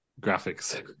graphics